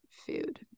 Food